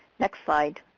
next slide.